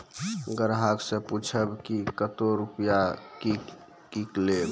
ग्राहक से पूछब की कतो रुपिया किकलेब?